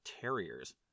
terriers